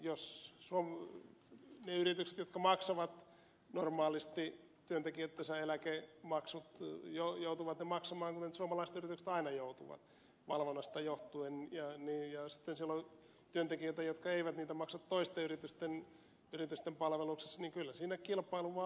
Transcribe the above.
on yritykset jotka maksavat normaalisti työntekijöittensä eläkemaksut joutuvat ne maksamaan kuten suomalaiset yritykset aina joutuvat valvonnasta johtuen ja sitten siellä on toisten yritysten palveluksessa työntekijöitä jotka eivät niitä maksa toisten yritysten yritysten palveluksessa niin kyllä siinä kilpailu vaan vääristyy